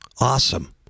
awesome